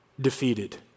defeated